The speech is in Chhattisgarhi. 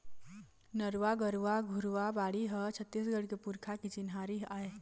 नरूवा, गरूवा, घुरूवा, बाड़ी ह छत्तीसगढ़ के पुरखा के चिन्हारी आय